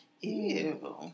Ew